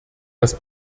das